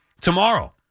tomorrow